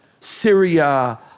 Syria